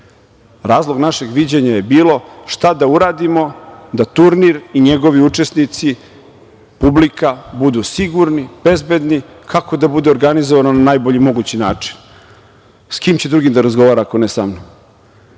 Razlog našeg viđenja je bilo šta da uradimo da turnir i njegovi učesnici, publika, budu sigurni, bezbedni, kako da bude organizovano na najbolji mogući način, s kim će drugim da razgovara ako ne sa mnom? Ti